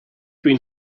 been